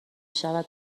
شود